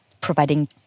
providing